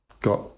got